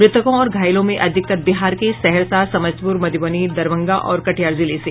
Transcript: मृतकों और घायलों में अधिकतर बिहार के सहरसा समस्तीप्र मध्रबनी दरभंगा और कटिहार जिले से